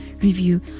review